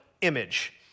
image